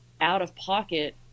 out-of-pocket